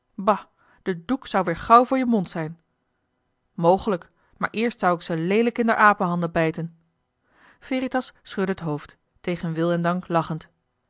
de doek zou weer gauw voor je mond zijn mogelijk maar eerst zou ik ze leelijk in d'r apenhanden bijten veritas schudde het hoofd tegen wil en dank lachend